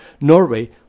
Norway